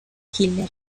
killer